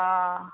অ